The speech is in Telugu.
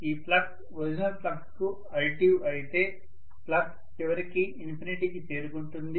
ఈ ఫ్లక్స్ ఒరిజినల్ ఫ్లక్స్ కు అడిటివ్ అయితే ఫ్లక్స్ చివరికి ఇన్ఫినిటీకి చేరుకుంటుంది